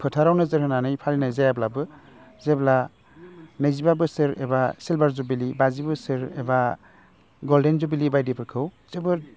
फोथाराव नोजोर होनानै फालिनाय जायाब्लाबो जेब्ला नैजिबा बोसोर एबा सिलभार जुबुलि बाजि बोसोर एबा गलदेन जुबुलि बायदिफोरखौ जोबोद